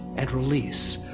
and release.